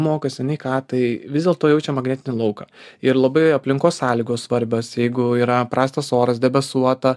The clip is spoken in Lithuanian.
mokosi nei ką tai vis dėlto jaučia magnetinį lauką ir labai aplinkos sąlygos svarbios jeigu yra prastas oras debesuota